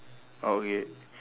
oh okay